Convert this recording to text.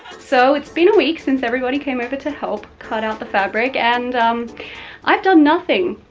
so it's been a week since everybody came over to help cut out the fabric and i've done nothing.